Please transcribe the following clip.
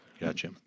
Gotcha